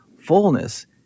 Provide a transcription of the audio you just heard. fullness